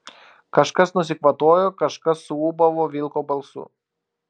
kažkas nusikvatojo kažkas suūbavo vilko balsu